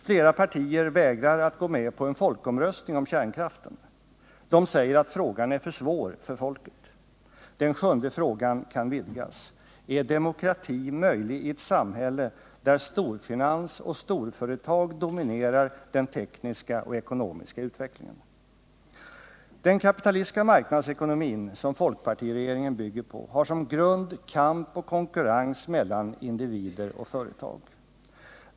Flera partier vägrar att gå med på en folkomröstning om kärnkraften. De säger att frågan är för svår för folket. Den sjunde frågan kan vidgas: Är demokrati möjlig i ett samhälle där storfinans och storföretag dominerar den tekniska och ekonomiska utvecklingen? Den kapitalistiska marknadsekonomin, som folkpartiregeringen bygger på, har som grund kamp och konkurrens mellan individer och företag.